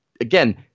again